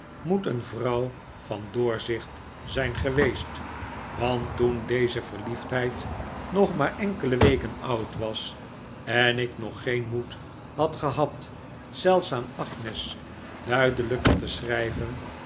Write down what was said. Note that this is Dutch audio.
moet een vrouw van doorzicht zijn geweest want toen deze verliefdheid nog maar enkele weken oud was en ik nog geen moed had gehad zelfs aan agnes duidelijker te schrijven